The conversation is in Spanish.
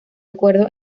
acuerdo